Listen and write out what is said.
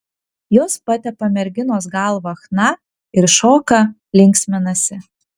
jos patepa merginos galvą chna ir šoka linksminasi